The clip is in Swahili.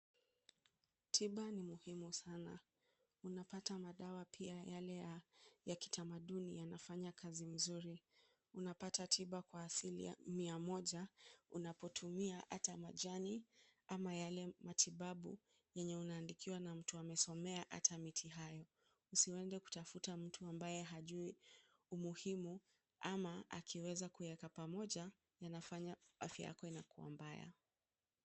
Tiba ni muhimu sana. Unapata madawa pia yale ya kitamaduni yanafanya kazi mzuri. Unapata tiba kwa asili ya mia moja unapotumia ata majani ama yale matibabu yenye unaandikiwa na mtu amesomea ata miti hayo. Usiende kutafuta mtu ambaye hajui umuhimu ama akiweza kuyaweka pamoja yanafanya afya yako inakuwa mbaya.